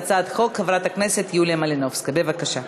חבר הכנסת איתן כבל מבקש להצטרף,